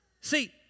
See